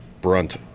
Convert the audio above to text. brunt